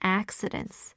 accidents